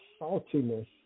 saltiness